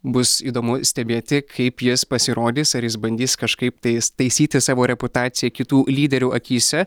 bus įdomu stebėti kaip jis pasirodys ar jis bandys kažkaip tai taisyti savo reputaciją kitų lyderių akyse